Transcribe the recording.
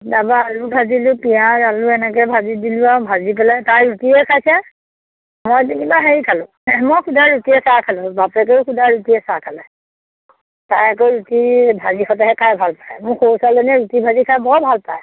তাপা আলু ভাজিলোঁ পিঁয়াজ আলু এনেকে ভাজি দিলোঁ আৰু ভাজি পেলাই তাই ৰুটিয়ে খাইছে মই যেনিবা হেৰি খালোঁ মই শুদা ৰুটিয়ে চাহ খালোঁ বাপেকেও শুদা ৰুটিয়ে চাহ খালে তাই আকৌ ৰুটি ভাজি সতেহে খাই ভাল পায় মোৰ সৰু ছোৱালীজনীয়ে ৰুটি ভাজি খাই বৰ ভাল পায়